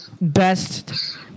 best